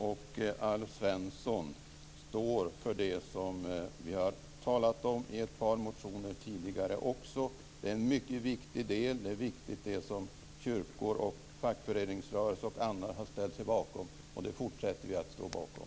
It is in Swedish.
Och Alf Svensson står för det som vi har talat om i ett par motioner tidigare också. Det är en mycket viktig del. Det som kyrkor, fackföreningsrörelser och andra har ställt sig bakom är viktigt, och det fortsätter vi att stå bakom.